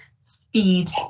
speed